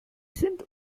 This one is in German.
sind